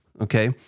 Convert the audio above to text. Okay